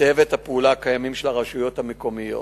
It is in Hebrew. צווי הפעולה הקיימים של הרשויות המקומיות.